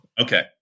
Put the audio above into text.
Okay